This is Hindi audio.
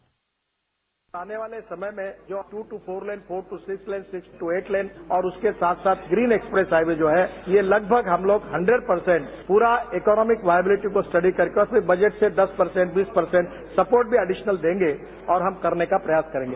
बाइट आने वाले समय में जो two to four lane four to six lane six to eight lane और उसके साथ साथ ग्रीन एक्सप्रेस हाइवे जो है ये लगभग हम लोग हंडरेड परसेंट पूरा इक्नॉमिक वाइब्रेट को स्टडी कर कर के फिर बजट से दस परसेंट बीस परसेंट सपोर्ट भी एडिशनल देंगे और हम करने का प्रयास करेंगे